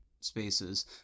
spaces